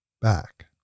back